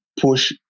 push